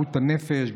בהישארות הנפש.